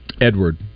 Edward